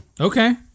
Okay